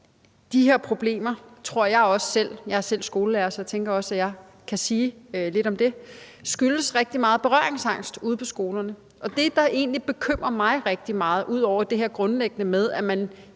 De her problemer tror jeg også – jeg er selv skolelærer, så jeg tænker, at jeg også kan sige lidt om det – skyldes rigtig meget berøringsangst ude på skolerne. Ud over det her grundlæggende med, at man